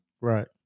Right